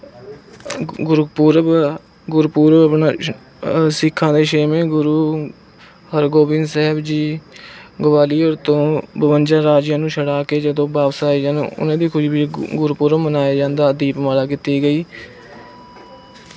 ਗੁਰਪੂਰਬ ਗੁਰਪੂਰਬ ਆਪਣਾ ਸਿੱਖਾਂ ਦੇ ਛੇਵੇਂ ਗੁਰੂ ਹਰਗੋਬਿੰਦ ਸਾਹਿਬ ਜੀ ਗਵਾਲੀਅਰ ਤੋਂ ਬਵੰਜਾ ਰਾਜਿਆਂ ਨੂੰ ਛਡਾ ਕੇ ਜਦੋਂ ਵਾਪਸ ਆਏ ਸਨ ਉਹਨਾਂ ਦੀ ਖੁਸ਼ੀ ਵਿੱਚ ਗੁ ਗੁਰਪੂਰਬ ਮਨਾਇਆ ਜਾਂਦਾ ਦੀਪਮਾਲਾ ਕੀਤੀ ਗਈ